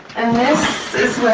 and this